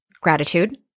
gratitude